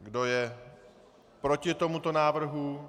Kdo je proti tomuto návrhu?